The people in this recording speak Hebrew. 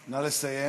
נא לסיים.